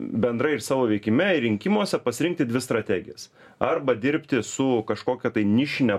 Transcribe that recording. bendrai ir savo veikime ir rinkimuose pasirinkti dvi strategijas arba dirbti su kažkokia tai nišine